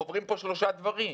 חוברים פה שלושה דברים.